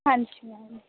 ਹਾਂਜੀ ਮੈਮ